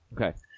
Okay